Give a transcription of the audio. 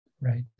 Right